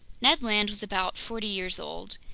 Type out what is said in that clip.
ned land was about forty years old.